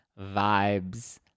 vibes